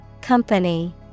Company